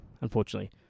unfortunately